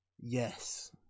yes